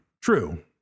True